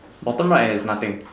bottom right has nothing